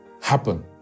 happen